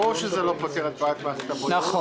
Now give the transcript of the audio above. ברור שזה לא פותר את בעיית מערכת הבריאות,